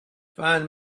find